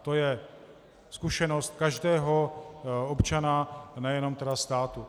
To je zkušenost každého občana, nejenom státu.